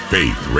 Faith